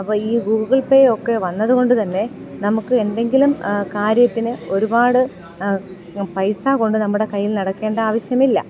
അപ്പം ഈ Google Pay ഒക്കെ വന്നത് കൊണ്ടു തന്നെ നമുക്ക് എന്തെങ്കിലും കാര്യത്തിന് ഒരുപാട് പൈസ കൊണ്ട് നമ്മുടെ കൈയ്യിൽ നടക്കേണ്ട ആവശ്യമില്ല